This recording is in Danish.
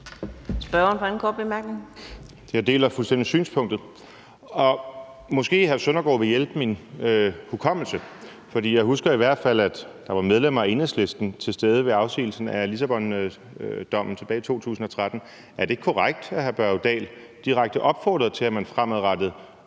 Morten Messerschmidt (DF): Jeg deler fuldstændig synspunktet. Måske vil hr. Søren Søndergaard hjælpe på min hukommelse, for jeg husker i hvert fald, at der var medlemmer af Enhedslisten til stede ved afsigelsen af Lissabondommen tilbage i 2013. Er det ikke korrekt, at hr. Børge Dahl direkte opfordrede til, at man fremadrettet